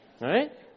right